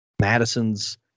madison's